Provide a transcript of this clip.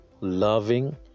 loving